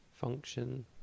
function